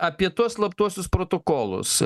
apie tuos slaptuosius protokolus